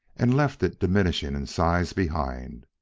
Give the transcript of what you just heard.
and left it diminishing in size behind